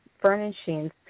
furnishings